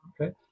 okay